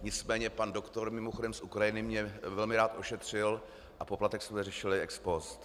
Nicméně pan doktor, mimochodem z Ukrajiny, mě velmi rád ošetřil a poplatek jsme řešili ex post.